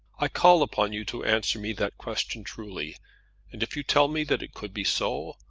i call upon you to answer me that question truly and if you tell me that it could be so,